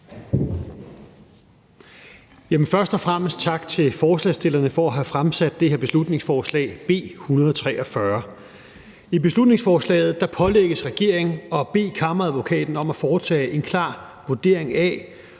Først og fremmest tak til forslagsstillerne for at have fremsat det her beslutningsforslag, B 143. I beslutningsforslaget pålægges regeringen at bede Kammeradvokaten om at foretage en klar vurdering af,